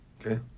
Okay